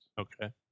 Okay